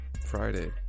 Friday